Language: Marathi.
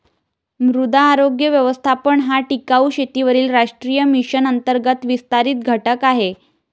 मृदा आरोग्य व्यवस्थापन हा टिकाऊ शेतीवरील राष्ट्रीय मिशन अंतर्गत विस्तारित घटक आहे